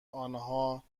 آنها